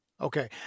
Okay